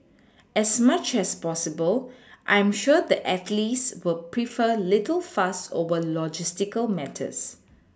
as much as possible I am sure the athletes will prefer little fuss over logistical matters